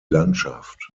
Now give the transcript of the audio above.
landschaft